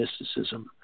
mysticism